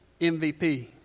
MVP